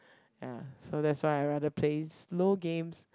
ya so that's why I rather play slow games